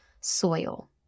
soil